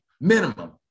minimum